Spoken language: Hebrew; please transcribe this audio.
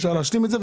אפשר להשלים את זה,